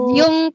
yung